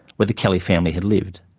where the kelly family had lived.